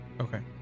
Okay